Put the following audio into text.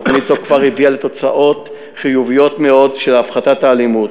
תוכנית זאת כבר הביאה לתוצאות חיוביות מאוד של הפחתת האלימות,